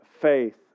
faith